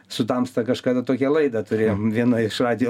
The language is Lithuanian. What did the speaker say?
su tamsta kažkada tokią laidą turėjom viena iš radijo